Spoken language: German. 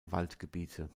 waldgebiete